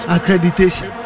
Accreditation